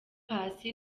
paccy